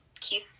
Keith